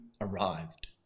arrived